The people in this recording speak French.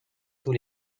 tout